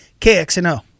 KXNO